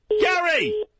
Gary